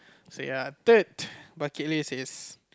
so ya third bucket list